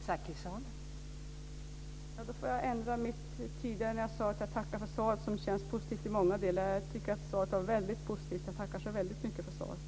Fru talman! Då får jag ändra det jag sade tidigare, då jag tackade för svaret och sade att det kändes positivt i många delar. Jag tycker att svaret var mycket positivt. Jag tackar så väldigt mycket för svaret.